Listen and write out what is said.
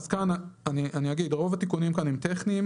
אז כאן אני אגיד, רוב התיקונים כאן הם טכניים.